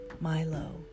Milo